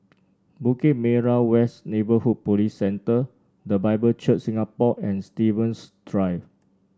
Bukit Merah West Neighbourhood Police Centre The Bible Church Singapore and Stevens Drive